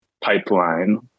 pipeline